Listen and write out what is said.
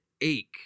ache